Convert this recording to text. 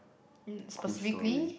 mm specifically